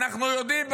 אנחנו יודעים,